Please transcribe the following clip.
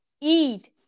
eat